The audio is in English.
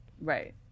Right